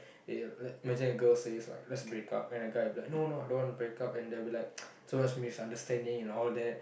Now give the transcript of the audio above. i~ imagine a girl says like let's break up and the guy will be like no no I don't want to break up and there'll be like so much misunderstanding and all that